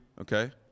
okay